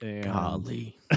golly